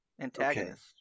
Antagonist